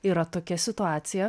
yra tokia situacija